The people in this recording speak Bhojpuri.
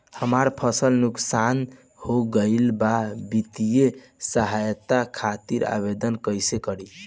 हमार फसल नुकसान हो गईल बा वित्तिय सहायता खातिर आवेदन कइसे करी?